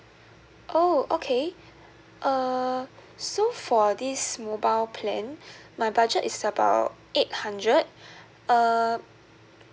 oh okay err so for this mobile plan my budget is about eight hundred uh